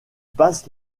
passe